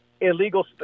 illegal